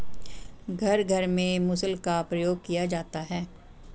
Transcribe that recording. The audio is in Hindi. घर घर में मुसल का प्रयोग किया जाता है